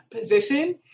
position